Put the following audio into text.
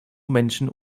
menschen